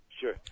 Sure